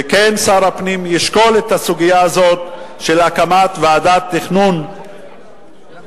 ששר הפנים כן ישקול את הסוגיה הזאת של הקמת ועדת תכנון יישובי,